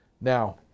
Now